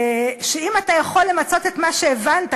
שאם אתה יכול למצות את מה שהבנת,